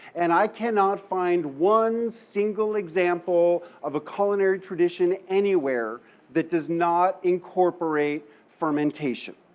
and i cannot find one single example of a culinary tradition anywhere that does not incorporate fermentation.